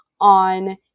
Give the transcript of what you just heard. on